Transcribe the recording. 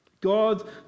God